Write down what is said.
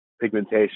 pigmentation